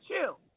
chill